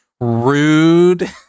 Rude